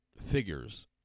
figures